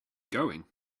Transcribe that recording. going